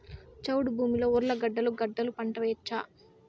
చౌడు భూమిలో ఉర్లగడ్డలు గడ్డలు పంట వేయచ్చా?